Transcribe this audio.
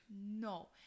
no